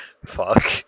Fuck